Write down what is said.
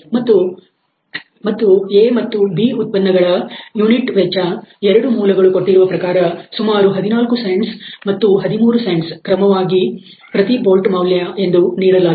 ಮತ್ತು ಮತ್ತು A ಮತ್ತು B ಉತ್ಪನ್ನಗಳ ಯುನಿಟ್ ವೆಚ್ಚವು ಎರಡು ಮೂಲಗಳು ಕೊಟ್ಟಿರುವ ಪ್ರಕಾರ ಕ್ರಮವಾಗಿ ಸುಮಾರು 14 ಸೆಂಟ್ಸ್ ಮತ್ತು 13 ಸೆಂಟ್ಸ್ನ ಪ್ರತಿ ಬೋಲ್ಟ್ ಮೌಲ್ಯ ಎಂದು ನೀಡಲಾಗಿದೆ